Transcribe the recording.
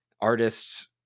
artists